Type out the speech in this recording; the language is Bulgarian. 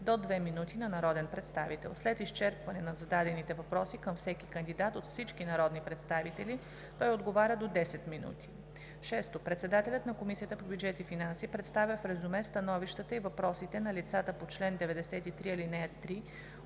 до две минути на народен представител. След изчерпване на зададените въпроси към всеки кандидат от всички народни представители той отговаря – до 10 минути. 6. Председателят на Комисията по бюджет и финанси представя в резюме становищата и въпросите на лицата по чл. 93, ал. 3